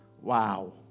Wow